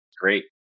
great